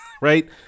right